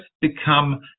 become